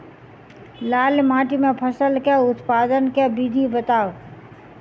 लाल माटि मे फसल केँ उत्पादन केँ विधि बताऊ?